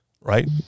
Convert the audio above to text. right